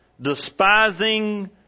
Despising